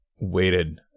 waited